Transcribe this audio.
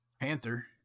Panther